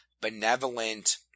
benevolent